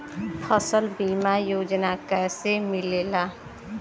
फसल बीमा योजना कैसे मिलेला?